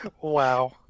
Wow